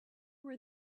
were